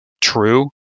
true